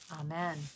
Amen